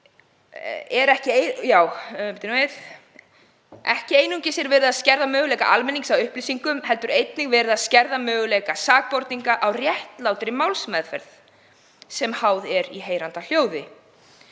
Ekki er einungis verið að skerða möguleika almennings að upplýsingum heldur er einnig verið að skerða möguleika sakborninga á réttlátri málsmeðferð sem háð er í heyranda hljóði.